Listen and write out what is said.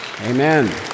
Amen